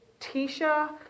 Tisha